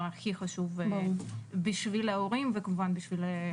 הכי חשוב בשביל ההורים וכמובן בשביל המשפחה.